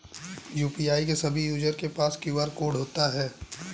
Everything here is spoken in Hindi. यू.पी.आई के सभी यूजर के पास क्यू.आर कोड होता है